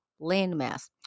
landmass